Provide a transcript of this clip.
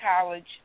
college